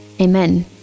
Amen